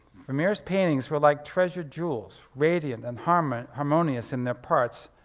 vermeer's paintings were like treasured jewels, radiant and harmonious harmonious in their parts